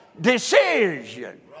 decision